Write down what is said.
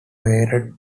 hated